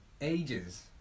ages